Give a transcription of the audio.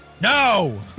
No